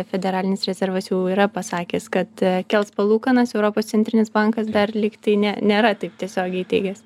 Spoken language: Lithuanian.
federalinis rezervas jau yra pasakęs kad kels palūkanas europos centrinis bankas dar lygtai ne nėra taip tiesiogiai teigęs